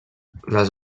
les